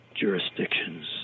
jurisdictions